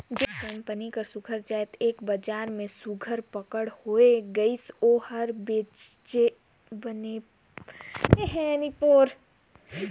जेन कंपनी कर सुग्घर जाएत कर बजार में सुघर पकड़ होए गइस ओ हर बनेचपन कमाथे